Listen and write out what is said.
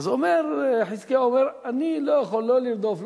אומר חזקיהו: אני לא יכול לא לרדוף,